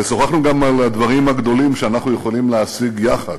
ושוחחנו גם על הדברים הגדולים שאנחנו יכולים להשיג יחד,